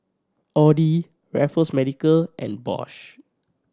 Audi Raffles Medical and Bosch